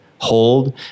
Hold